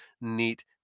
neat